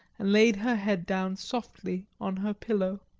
and laid her head down softly on her pillow.